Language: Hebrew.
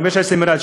15 מיליארד,